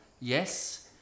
yes